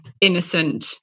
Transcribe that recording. innocent